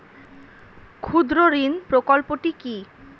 ক্ষুদ্রঋণ প্রকল্পটি কি?